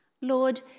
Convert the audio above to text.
Lord